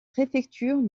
préfecture